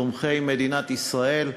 תומכי מדינת ישראל,